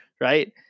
right